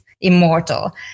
immortal